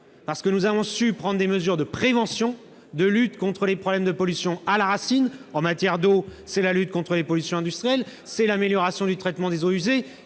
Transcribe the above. Parce que nous avons su prendre des mesures de prévention, de lutte contre les problèmes de pollution, à la racine. En matière d'eau, il s'agit de la lutte contre les pollutions industrielles et de l'amélioration du traitement des eaux usées,